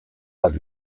bat